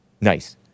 Nice